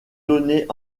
données